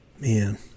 man